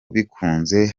bikunze